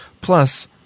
Plus